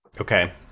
Okay